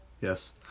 Yes